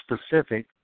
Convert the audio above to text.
specific